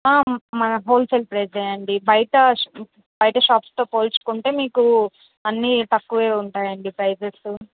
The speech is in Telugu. మాది హోల్ సేల్ ప్రైజ్ ఏ అండి బయట బయట షాప్స్తో పోల్చుకుంటే మీకు అన్నీ తక్కువే ఉంటాయండి ప్రైజెస్